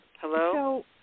Hello